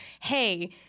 hey